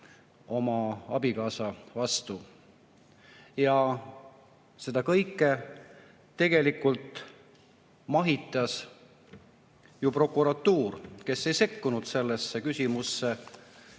oma abikaasa vastu. Seda kõike tegelikult mahitas prokuratuur, kes ei sekkunud sellesse küsimusse.